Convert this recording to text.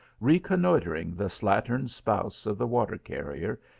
reconnoitring the slattern spouse of the water-carrier,